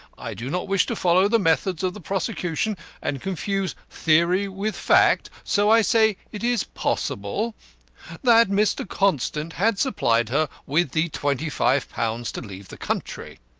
i do not wish to follow the methods of the prosecution and confuse theory with fact, so i say it is possible that mr. constant had supplied her with the twenty five pounds to leave the country.